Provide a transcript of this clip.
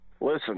Listen